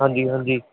ਹਾਂਜੀ ਹਾਂਜੀ